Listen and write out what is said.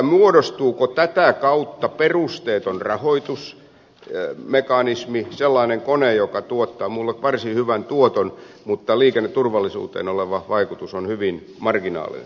muodostuuko tätä kautta perusteeton rahoitusmekanismi sellainen kone joka tuottaa minulle varsin hyvän tuoton mutta liikenneturvallisuuteen oleva vaikutus on hyvin marginaalinen